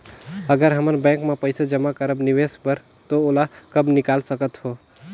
अगर हमन बैंक म पइसा जमा करब निवेश बर तो ओला कब निकाल सकत हो?